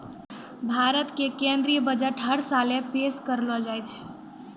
भारत के केन्द्रीय बजट हर साले पेश करलो जाय छै